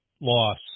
loss